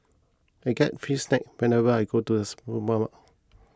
I get free snacks whenever I go to the